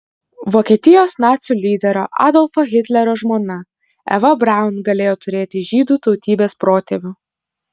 vokietijos nacių lyderio adolfo hitlerio žmona eva braun galėjo turėti žydų tautybės protėvių